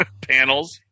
panels